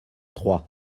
trois